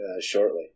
shortly